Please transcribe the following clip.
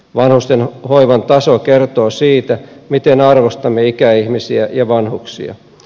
vanhusten hoivan taso kertoo siitä miten arvostamme ikäihmisiä ja vanhuksia